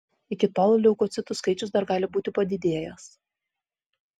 iki tol leukocitų skaičius dar gali būti padidėjęs